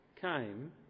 came